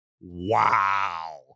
Wow